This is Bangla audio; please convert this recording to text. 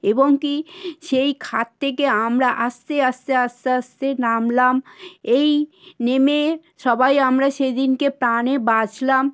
এবং কী সেই খাদ থেকে আমরা আস্তে আস্তে আস্তে আস্তে নামলাম এই নেমে সবাই আমরা সেদিনকে প্রাণে বাঁচলাম